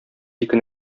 ике